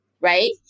Right